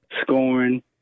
scoring